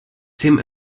tim